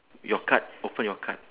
your card open your card